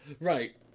right